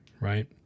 right